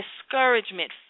discouragement